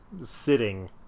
sitting